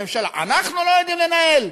הממשלה: אנחנו לא יודעים לנהל,